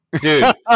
dude